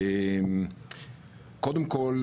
קודם כל,